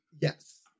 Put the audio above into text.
Yes